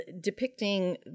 depicting